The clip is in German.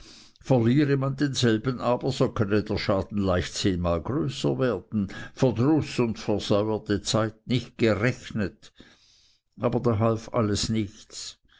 verliere man denselben aber so könne der schaden leicht zehnmal größer werden verdruß und versäuerte zeit nicht gerechnet aber da half alles nichts